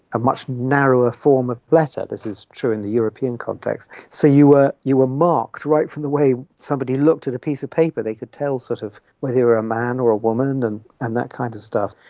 a much narrower form of letter. this is true in the european context. so you were you were marked, right from the way somebody looked at a piece of paper they could tell sort of whether you are a man or a woman and and and that kind of stuff.